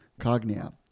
Cognia